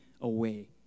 away